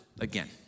again